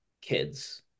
kids